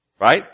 Right